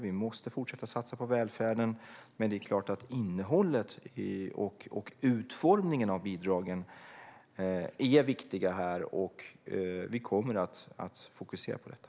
Vi måste fortsätta att satsa på välfärden, men det är klart att innehållet och utformningen av bidragen är viktiga här, och vi kommer att fokusera på detta.